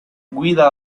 guida